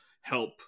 help